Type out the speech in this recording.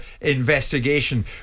investigation